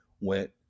went